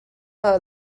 her